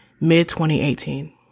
mid-2018